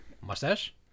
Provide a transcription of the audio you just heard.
Mustache